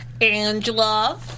Angela